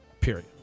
Period